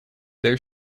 there